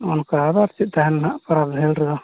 ᱚᱱᱠᱟ ᱫᱚ ᱪᱮᱫ ᱛᱟᱦᱮᱱᱟ ᱦᱟᱸᱜ ᱯᱟᱨᱟᱵᱽ ᱵᱷᱤᱲ ᱨᱮᱫᱚ